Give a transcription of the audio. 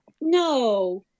No